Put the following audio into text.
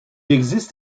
existe